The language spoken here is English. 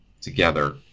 together